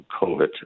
COVID